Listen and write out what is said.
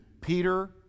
peter